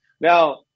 now